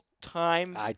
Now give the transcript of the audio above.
Times